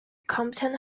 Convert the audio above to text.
compton